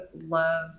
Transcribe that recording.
love